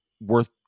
worth